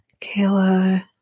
Kayla